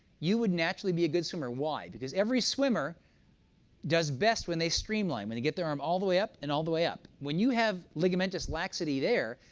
you would naturally be a good swimmer. why? because every swimmer does best when they streamline when they get their arm all the way up and all the way up. when you have ligamentous laxity there,